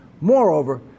Moreover